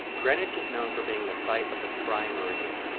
greenwich is known for being the site of the prime meridian.